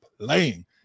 playing